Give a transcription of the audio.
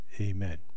Amen